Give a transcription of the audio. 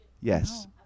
Yes